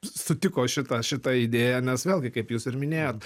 sutiko šitą šitą idėją nes vėlgi kaip jūs ir minėjot